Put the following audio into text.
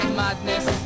madness